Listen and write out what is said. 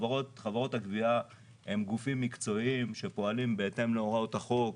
חברות הגבייה הן גופים מקצועיים שפועלים בהתאם להוראות החוק.